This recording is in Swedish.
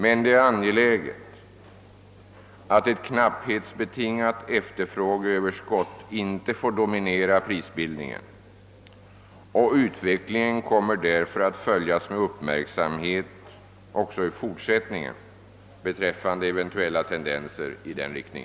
Det är emellertid angeläget att ett knapphetsbetingat efterfrågeöverskott inte får dominera prisbildningen, och utvecklingen kommer därför att följas med uppmärksamhet också i fortsättningen beträffande eventuella tendenser i denna riktning.